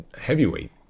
heavyweight